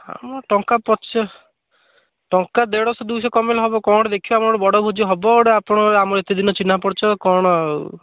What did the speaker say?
ହଁ ମୁଁ ଟଙ୍କା ପଚାଶ ଟଙ୍କା ଦେଢ଼ଶହ ଦୁଇଶହ କମାଇଲେ ହେବ କ'ଣ ଗୋଟେ ଦେଖିବା ଆମର ଗୋଟେ ବଡ଼ ଭୋଜି ହେବ ଗୋଟେ ଆପଣ ଆମ ଏତେ ଦିନ ଚିହ୍ନା ପରିଚୟ କ'ଣ ଆଉ